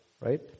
right